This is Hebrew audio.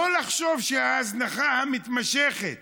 לא לחשוב שההזנחה המתמשכת